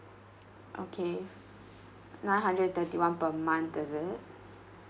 okay nine hundred and thirty one per month is it